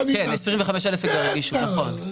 כן, 25,000 הגישו, נכון.